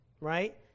right